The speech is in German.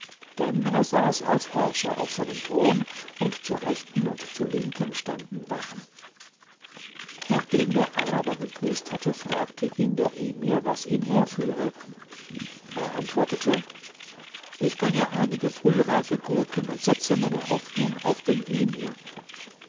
denn er saß als herrscher auf seinem thron und zur rechten und zur linken standen wachen nachdem der araber gegrüßt hatte fragte ihn der emir was ihn herführe er antwortete ich bringe einige frühreife gurken und setze meine hoffnung auf den emir